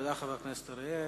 תודה לחבר הכנסת אריאל.